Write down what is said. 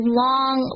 long